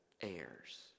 heirs